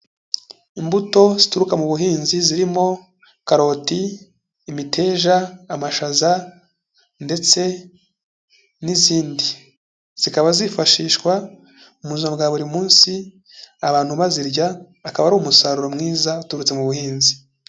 Imbuto zituruka mu buhinzi zirimo karoti, imiteja, amashaza ndetse n'izindi, zikaba zifashishwa mu buzima bwa buri munsi abantu bazirya, akaba ari umusaruro mwiza uturutse mu buhinzi.